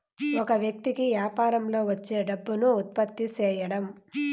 ఒక వ్యక్తి కి యాపారంలో వచ్చే డబ్బును ఉత్పత్తి సేయడం